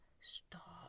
stop